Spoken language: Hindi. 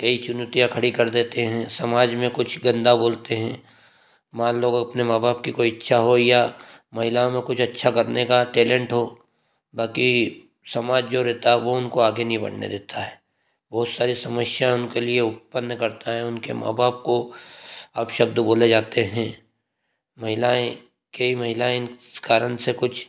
कई चुनौतियाँ खड़ी कर देते हैं समाज में कुछ गंदा बोलते हैं मान लो अगर अपने माँ बाप की कोई इच्छा हो या महिलाओं में कुछ अच्छा करने का टैलेंट हो बाकी समाज जो रहता है वह उनको आगे नहीं बढ़ने देता है बहुत सारी समस्या उनके लिए उत्पन्न करता है उनके माँ बाप को अपशब्द बोले जाते हैं महिलाएँ कई महिलाएँ इस कारण से कुछ